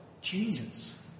Jesus